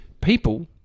people